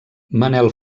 manuel